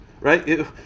Right